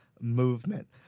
movement